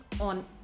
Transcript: on